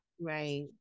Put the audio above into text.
Right